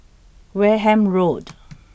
Wareham Road